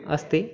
अस्ति